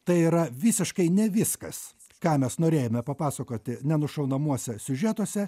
tai yra visiškai ne viskas ką mes norėjome papasakoti nenušaunamuose siužetuose